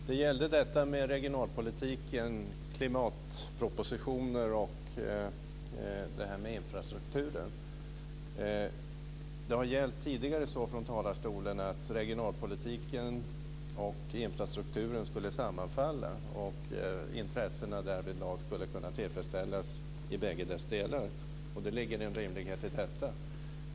Fru talman! Jag vill ta upp regionalpolitiken, klimatpropositionen och infrastrukturen. Det har framförts tidigare från talarstolen att regionalpolitiken och infrastrukturen skulle sammanfalla och att intressena därvidlag skulle kunna tillfredsställas i bägge dessa delar. Det ligger en rimlighet i detta.